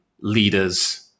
leaders